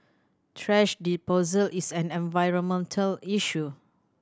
thrash disposal is an environmental issue